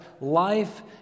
Life